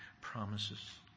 promises